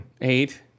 Eight